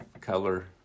color